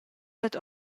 dad